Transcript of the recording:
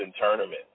tournament